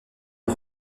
une